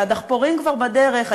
הדחפורים כבר בדרך,